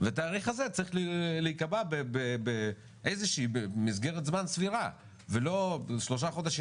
והתאריך הזה צריך להיקבע במסגרת זמן סבירה ולא שלושה חודשים.